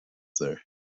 there